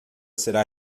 será